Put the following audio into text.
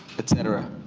et cetera.